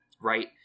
right